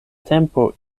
tempo